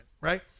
right